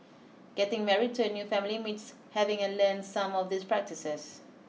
getting married into a new family means having a learn some of these practices